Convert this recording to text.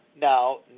now